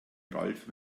ralf